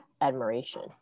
admiration